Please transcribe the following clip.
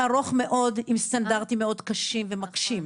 ארוך מאוד עם סטנדרטים מאוד קשים ומקשים.